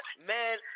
Man